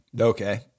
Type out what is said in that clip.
Okay